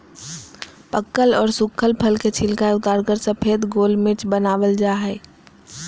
पकल आर सुखल फल के छिलका उतारकर सफेद गोल मिर्च वनावल जा हई